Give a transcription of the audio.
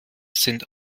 sind